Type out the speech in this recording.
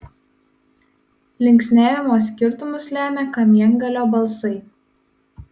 linksniavimo skirtumus lemia kamiengalio balsiai